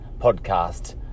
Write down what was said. podcast